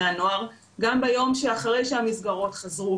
הנוער גם ביום שאחרי שהמסגרות חזרו,